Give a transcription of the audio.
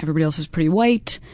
everybody else was pretty white,